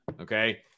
okay